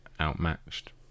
outmatched